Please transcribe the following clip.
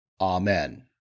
Amen